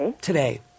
today